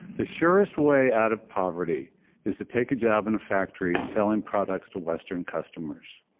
the surest way out of poverty is to take a job in a factory selling products to western customers.